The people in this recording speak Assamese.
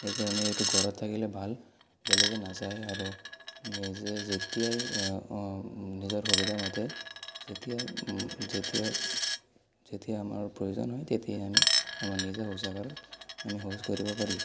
সেইকাৰণে এইটো ঘৰত থাকিলে ভাল বেলেগে নাচায় আৰু নিজে যেতিয়াই নিজৰ সুবিধা মতে যেতিয়া যেতিয়া যেতিয়া আমাৰ প্ৰয়োজন হয় তেতিয়াই আমি আমাৰ নিজে শৌচাগাৰত আমি শৌচ কৰিব পাৰি